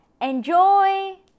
Enjoy